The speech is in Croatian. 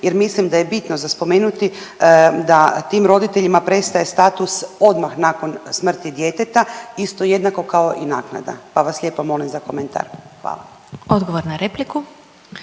jer mislim da je bitno za spomenuti da tim roditeljima prestaje status odmah nakon smrti djeteta isto jednako kao i naknada, pa vas lijepo molim za komentar, hvala. **Glasovac, Sabina